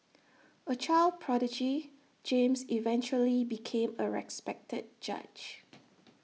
A child prodigy James eventually became A respected judge